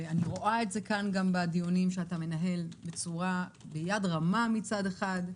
אני רואה את זה גם בדיונים שאתה מנהל ביד רמה מצד אחד,